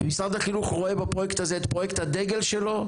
משרד החינוך רואה בפרויקט הזה את פרויקט הדגל שלו,